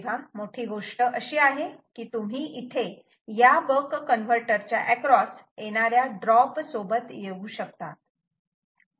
तेव्हा मोठी गोष्ट अशी आहे की तुम्ही इथे या बक कन्वर्टर च्या एक्रॉस येणाऱ्या ड्रॉप सोबत येऊ शकतात